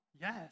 Yes